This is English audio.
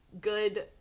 good